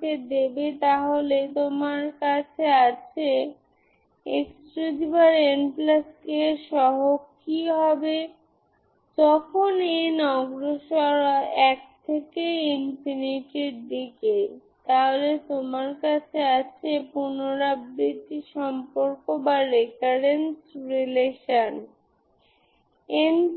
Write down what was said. পেতে চান তাহলে এই ইকুয়েশন 1 এবং 2 আপনি পুনর্লিখন করেন 1 এবং 2 আসলে আমাকে একটি সিস্টেম দেয় যদি আপনি একটি সিস্টেম হিসাবে রাখেন